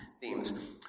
themes